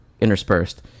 interspersed